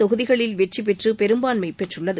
தொகுதிகளில் வெற்றி பெற்று பெரும்பான்மை பெற்றுள்ளது